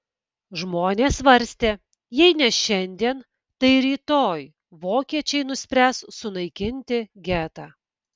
žmonės svarstė jei ne šiandien tai rytoj vokiečiai nuspręs sunaikinti getą